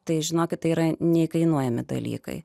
tai žinokit tai yra neįkainojami dalykai